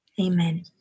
Amen